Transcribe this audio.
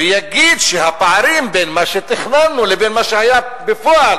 ויגיד שהפערים בין מה שתכננו לבין מה שהיה בפועל